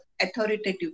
authoritative